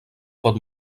pot